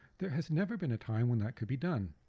there has never been a time when that could be done.